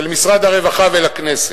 למשרד הרווחה ולכנסת.